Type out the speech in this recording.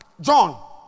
John